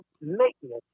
maintenance